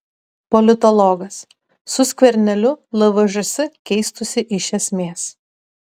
politologas su skverneliu lvžs keistųsi iš esmės